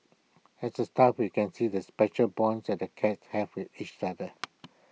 as A staff we can see the special bonds that the cats have with each other